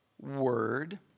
word